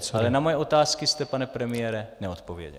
Ale na moje otázky jste, pane premiére, neodpověděl.